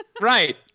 right